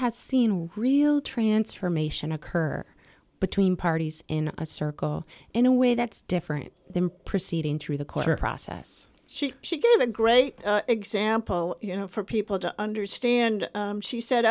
has seen real transformation of the her between parties in a circle in a way that's different than proceeding through the quarter process she she gave a great example you know for people to understand she said